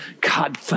God